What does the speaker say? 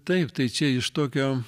taip tai čia iš tokio